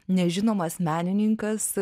nežinomas menininkas